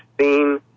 seen